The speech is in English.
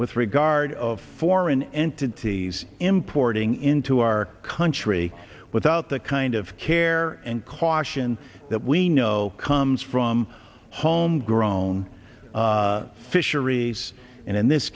with regard of foreign entities importing into our country without the kind of care and caution that we know comes from homegrown fisheries and in this